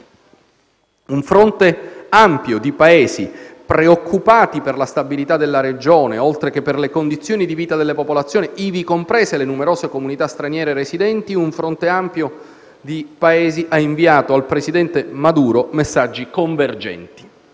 Un fronte ampio di Paesi preoccupati per la stabilità della regione, oltre che per le condizioni di vita delle popolazioni, ivi comprese le numerose comunità straniere residenti, ha inviato al presidente Maduro messaggi convergenti.